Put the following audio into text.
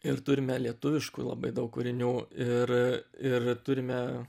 ir turime lietuviškų labai daug kūrinių ir ir turime